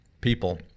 people